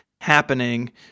happening